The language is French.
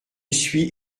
suis